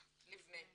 ליבנה,